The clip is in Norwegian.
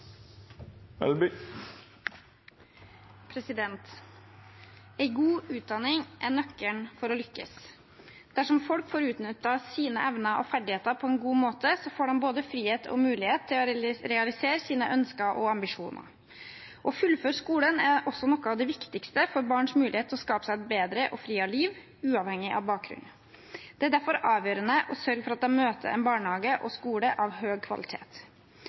ferdigheter på en god måte, får de både frihet og mulighet til å realisere sine ønsker og ambisjoner. Å fullføre skolen er også noe av det viktigste for barns mulighet til å skape seg et bedre og friere liv uavhengig av bakgrunn. Det er derfor avgjørende å sørge for at de møter en barnehage og skole av høy kvalitet.